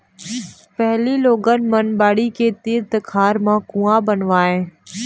पहिली लोगन मन बाड़ी के तीर तिखार म कुँआ बनवावय